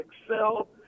Excel